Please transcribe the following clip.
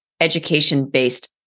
education-based